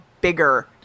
bigger